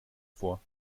vor